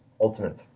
Ultimate